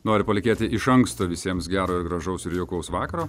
noriu palinkėti iš anksto visiems gero ir gražaus ir jaukaus vakaro